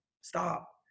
stop